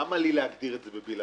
למה לי להגדיר את זה בבלעדיות?